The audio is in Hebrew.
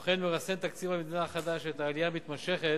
כמו כן, תקציב המדינה החדש מרסן את העלייה המתמשכת